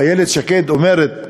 איילת שקד אומרת,